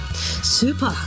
Super